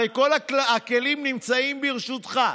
הרי כל הכלים נמצאים ברשותך: